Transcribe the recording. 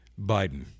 Biden